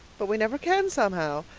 but we never can somehow.